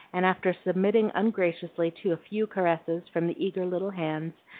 and after submitting ungraciously to a few caresses from the eager little hands,